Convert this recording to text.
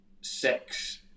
sex